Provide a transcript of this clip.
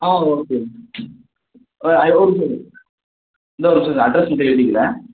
ஆ okay ஒரு நிமிஷம் இருங்க தோ ஒரு நிமிஷம் இருங்க அட்ரெஸ் மட்டும் எழுதிக்கிறேன்